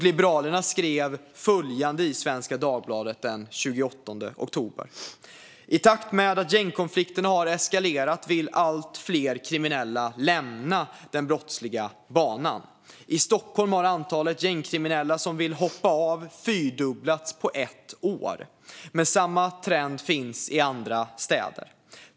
Liberalerna skrev följande i Svenska Dagbladet den 28 oktober: "I takt med att gängkonflikten har eskalerat vill allt fler kriminella lämna den brottsliga banan. I Stockholm har antalet gängkriminella som vill hoppa av fyrdubblats på bara ett år, men samma trend finns också i andra städer.